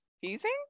confusing